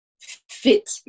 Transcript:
fit